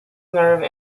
nerve